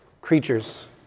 Creatures